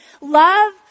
Love